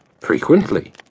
Frequently